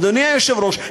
אדוני היושב-ראש,